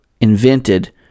invented